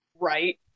Right